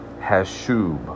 Hashub